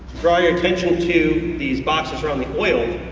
draw your attention to these boxes around the oil.